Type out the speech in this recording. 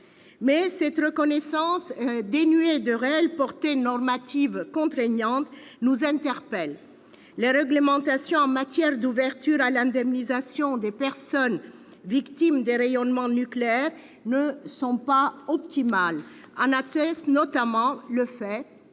cette reconnaissance dénuée de réelle portée normative contraignante nous interpelle. Les réglementations en matière d'ouverture à l'indemnisation des personnes victimes des rayonnements nucléaires ne sont pas optimales ; en atteste notamment le fait